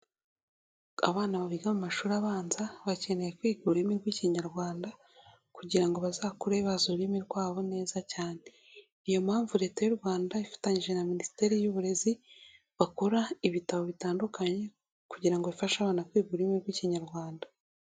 Abana biga mu mashuri abanza bakeneye kwiga ururimi rw'Ikinyarwanda kugira ngo bazakure bazi ururimi rwabo neza cyane, ni yo mpamvu Leta y'u Rwanda ifatanyije na Minisiteri y'Uburezi bakora ibitabo bitandukanye kugira ngo bifashe abana kwiga ururimi rw'Ikinyarwanda.